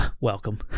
Welcome